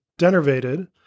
denervated